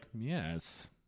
yes